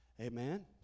Amen